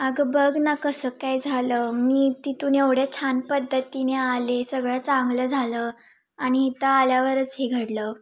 अगं बघ ना कसं काय झालं मी तिथून एवढ्या छान पद्धतीने आले सगळं चांगलं झालं आणि इथं आल्यावरच हे घडलं